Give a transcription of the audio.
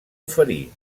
oferir